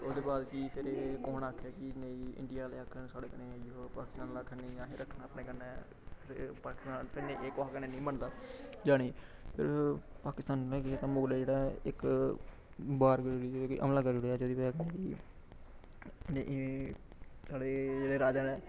ओह्दे बाद कि फिर एह् कु'न आखेआ कि नेईं इंडिया आह्ले आखन साढ़े कन्नै पाकिस्तान आह्ले आखन नेईं असें रखना अपने कन्नै पाकिस्तानी नेईं एह् कोहे कन्नै नेईं मनदा जाने गी फिर पाकिस्तान ई मुगल जेह्ड़ा ऐ इक बार हमला करी ओड़ेआ जेह्दी बजह कन्नै कि साढ़े जेह्ड़े राजा न